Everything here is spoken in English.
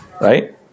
right